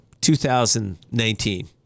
2019